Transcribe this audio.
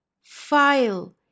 file